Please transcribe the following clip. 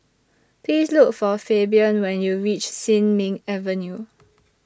Please Look For Fabian when YOU REACH Sin Ming Avenue